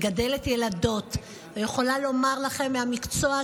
מגדלת ילדות ויכולה לומר לכם מהמקצוע,